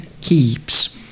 keeps